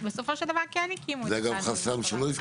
ובסופו של דבר כן הקימו את הפנלים הסולריים.